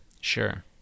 Sure